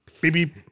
baby